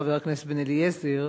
חבר הכנסת בן-אליעזר,